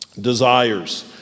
desires